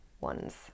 ones